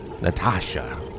Natasha